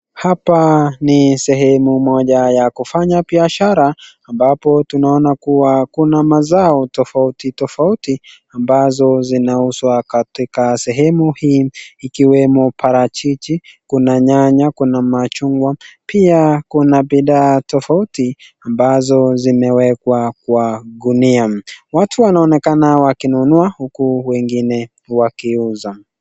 Hapa ni sehemu moja ya kufanya biashara ambapo tunaona kuwa kuna mazao tofauti tofauti ambazo zinauzwa katika sehemu hii ikiwemo parachichi, kuna nyanya, kuna chungwa pia kuna bidhaa tofauti ambazo zimewekwa kwa gunia. Watu wanaonekana wakinunua huku wengine wakiuza.